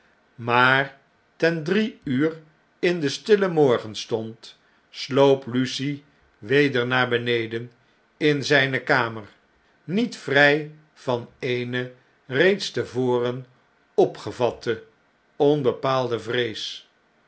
maar ten drie uur in den stillen morgenstond sloop lucie weder naar beneden inzijne kamer niet vrjj van eene reeds te voren opgevatte onbepaalde vrees